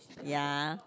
ya